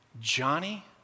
Johnny